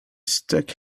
stuck